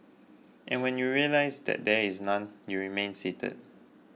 and when you realise that there is none you remain seated